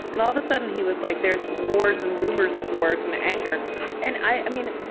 and all of a sudden he was like, there's wars and rumors of wars and anger and i mean,